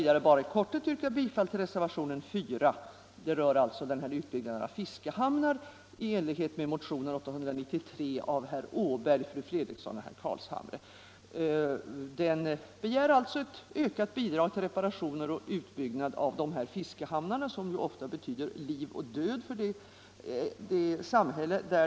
Därefter måste jag ta upp en annan fråga här, som visserligen redan är ingående behandlad men som jag ändå inte kan gå förbi.